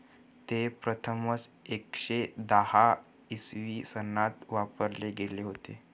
ते प्रथमच एकशे दहा इसवी सनात वापरले गेले होते